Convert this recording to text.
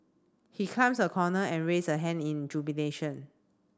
he climbs a corner and raise a hand in jubilation